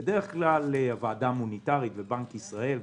בדרך כלל הוועדה המוניטרית ובנק ישראל,